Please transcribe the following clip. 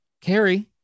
Carrie